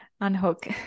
Unhook